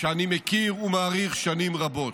שאני מכיר ומעריך שנים רבות: